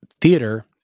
theater